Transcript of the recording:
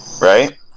right